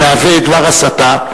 מהווה דבר הסתה,